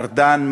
ארדן,